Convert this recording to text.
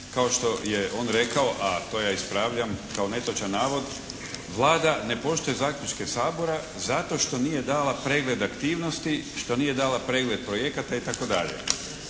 kao što je on rekao, a to ja ispravljam kao netočan navod. Vlada ne poštuje zaključke Sabora zato što nije dala pregled aktivnosti, što nije dala pregled projekata itd.